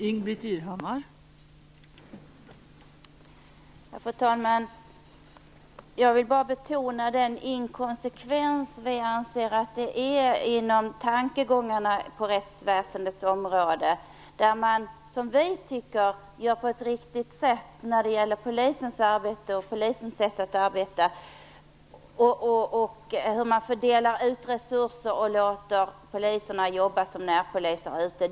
Fru talman! Jag vill betona en, som vi ser saken, inkonsekvens i tankegångarna på rättsväsendets område. Vi anser att man där handlar på ett riktigt sätt när det gäller polisens arbete och polisens sätt att arbeta samt hur man fördelar resurser och låter poliserna jobba som närpoliser ute.